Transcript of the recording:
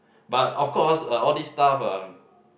but of course uh all these stuff uh